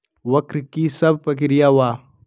वक्र कि शव प्रकिया वा?